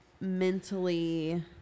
mentally